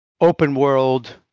open-world